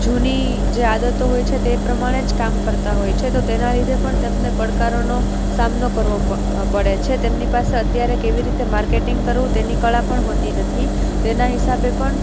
જૂની જે આદતો હોય છે તે પ્રમાણે જ કામ કરતા હોય છે તો તેના લીધે પણ તેમને પડકારોનો સામનો પ કરવો પડે છે તેમની પાસે અત્યારે કેવી રીતે માર્કેટિંગ કરવું તેની કળા પણ હોતી નથી તેના હિસાબે પણ